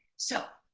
so,